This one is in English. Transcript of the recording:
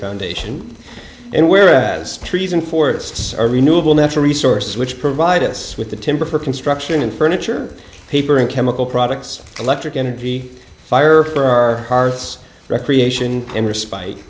foundation and whereas treason forests are renewable natural resources which provide us with the timber for construction and furniture paper and chemical products electric energy fire for our hearths recreation